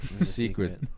secret